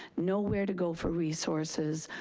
know where to go for resources,